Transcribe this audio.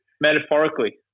metaphorically